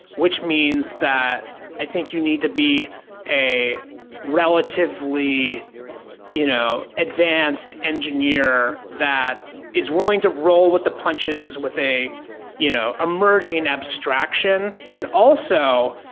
which means that i think you need to be a relatively you know advanced engineer that is willing to roll with the punches with a you know emerging abstraction. and also,